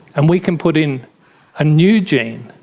and we can put in a new gene,